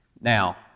Now